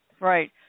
Right